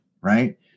right